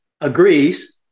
agrees